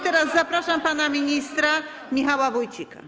Teraz zapraszam pana ministra Michała Wójcika.